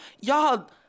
y'all